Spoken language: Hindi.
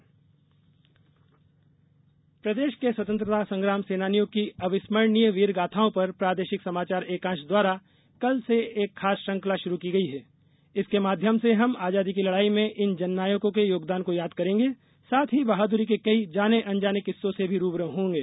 जरा याद करो कुर्बानी प्रदेश के स्वतंत्रता संग्राम सेनानियों की अविस्मर्णीय वीर गाथाओं पर प्रादेशिक समाचार एकांश कल से एक खास श्रृंखला शुरू की गई है इसके माध्यम से हम आज़ादी की लड़ाई में इन जन नायकों के योगदान को याद करेंगे साथ ही बहादुरी के कई जाने अनजाने किस्सों से भी रूबरू होंगे